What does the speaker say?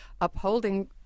upholding